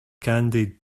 candied